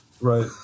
Right